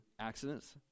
accidents